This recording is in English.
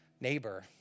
neighbor